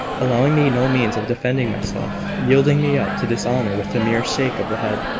allowing me no means of defending myself, yielding me up to dishonour with a mere shake of the head,